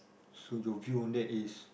so your view on that is